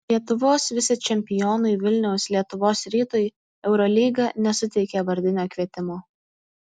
lietuvos vicečempionui vilniaus lietuvos rytui eurolyga nesuteikė vardinio kvietimo